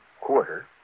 quarter